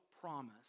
promise